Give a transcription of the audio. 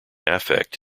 affect